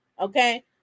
okay